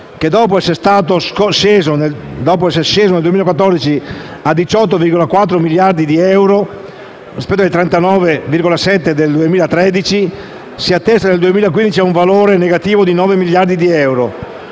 che, dopo essere sceso nel 2014 a 18,4 miliardi di euro rispetto ai 39,7 miliardi del 2013, si attesta nel 2015 ad un valore negativo di 9 miliardi di euro,